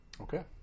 Okay